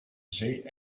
zee